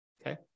Okay